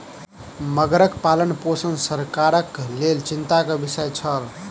मगरक पालनपोषण सरकारक लेल चिंता के विषय छल